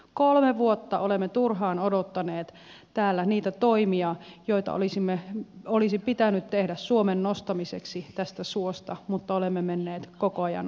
kolme vuotta olemme turhaan odottaneet täällä niitä toimia joita olisi pitänyt tehdä suomen nostamiseksi tästä suosta mutta olemme menneet koko ajan alaspäin